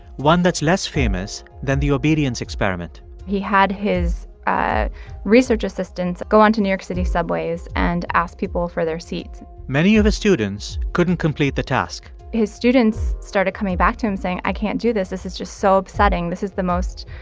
one that's less famous than the obedience experiment he had his research assistants go onto new york city subways and ask people for their seats many of his students couldn't complete the task his students started coming back to him saying, i can't do this. this is just so upsetting. this is the most,